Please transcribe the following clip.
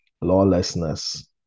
lawlessness